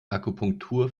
akupunktur